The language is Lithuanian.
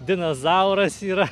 dinozauras yra